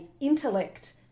intellect